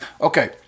Okay